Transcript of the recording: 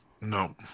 no